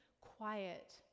quiet